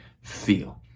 feel